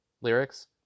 lyrics